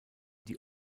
die